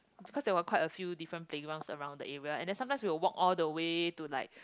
because there were quite a few different playgrounds around the area and then sometimes we will walk all the way to like